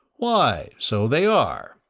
why, so they are.